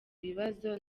ibibazo